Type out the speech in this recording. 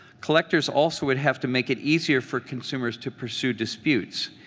collectors also would have to make it easier for consumers to pursue disputes,